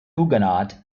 huguenot